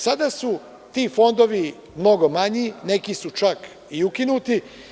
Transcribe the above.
Sada su ti fondovi mnogo manji, neki su čak i ukinuti.